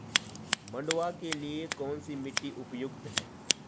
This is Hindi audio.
मंडुवा के लिए कौन सी मिट्टी उपयुक्त है?